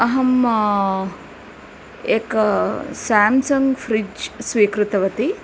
अहम् एक Samsung fridge स्वीकृतवती